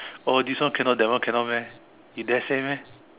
oh this one cannot that one cannot meh you dare say meh